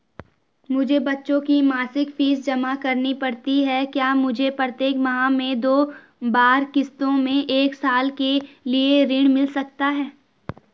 मुझे बच्चों की मासिक फीस जमा करनी पड़ती है क्या मुझे प्रत्येक माह में दो बार किश्तों में एक साल के लिए ऋण मिल सकता है?